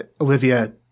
Olivia